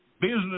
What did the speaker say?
business